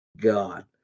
God